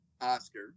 Oscar